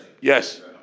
Yes